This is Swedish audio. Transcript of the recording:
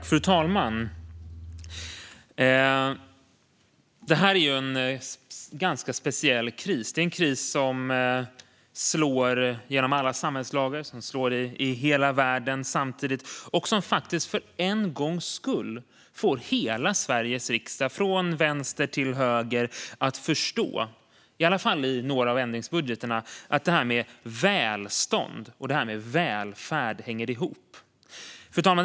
Fru talman! Det här är en ganska speciell kris. Det är en kris som slår genom alla samhällslager, som slår mot hela världen samtidigt och som faktiskt för en gångs skull får hela Sveriges riksdag, från vänster till höger, att förstå - i alla fall i några av ändringsbudgetarna - att välstånd och välfärd hänger ihop. Fru talman!